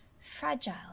fragile